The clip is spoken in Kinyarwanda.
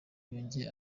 yongeye